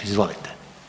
Izvolite.